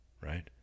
Right